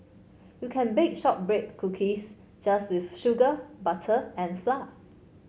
you can bake shortbread cookies just with sugar butter and flour